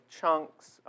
chunks